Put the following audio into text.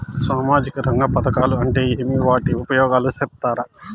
సామాజిక రంగ పథకాలు అంటే ఏమి? వాటి ఉపయోగాలు సెప్తారా?